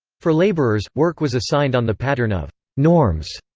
for laborers, work was assigned on the pattern of norms,